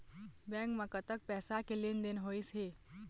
Bank म कतक पैसा के लेन देन होइस हे?